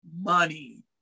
money